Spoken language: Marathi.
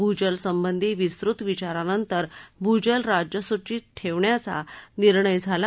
भू जलसंबंधी विस्तृत विचारानंतर भू जल राज्यसूचीत ठेवायचा निर्णय झाला